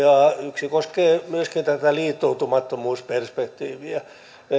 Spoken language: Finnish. yksi koskee myöskin tätä liittoutumattomuusperspektiiviä